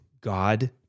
God